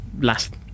last